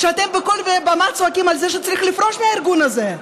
כשאתם בכל במה צועקים על זה שצריך לפרוש מהארגון הזה,